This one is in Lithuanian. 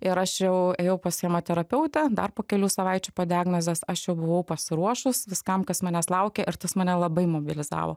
ir aš jau ėjau pas chemoterapeutę dar po kelių savaičių po diagnozės aš jau buvau pasiruošus viskam kas manęs laukė ir tas mane labai mobilizavo